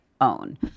own